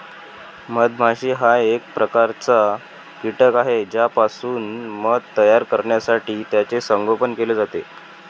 मधमाशी हा एक प्रकारचा कीटक आहे ज्यापासून मध तयार करण्यासाठी त्याचे संगोपन केले जाते